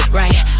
right